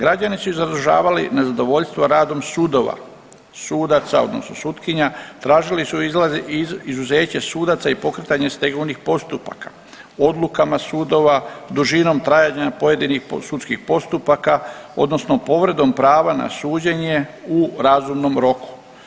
Građani su izražavali nezadovoljstvo radom sudova, sudaca odnosno sutkinja, tražili su izuzeće sudaca i pokretanje stegovnih postupaka, odlukama sudova, dužinom trajanja pojedinih sudskih postupaka odnosno povredom prava na suđenje u razumnom roku.